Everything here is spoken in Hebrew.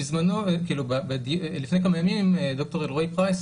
בזמנו לפני כמה ימים ד"ר אלרועי פרייס